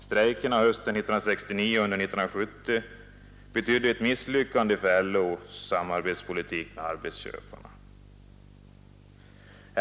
Strejkerna hösten 1969 och under år 1970 betydde ett misslyckande för LO:s samarbetspolitik gentemot arbetsköparna.